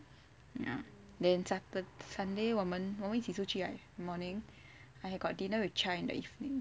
ya then satur~ sunday 我们我们一起出去 right morning I have I got dinner with chai in the evening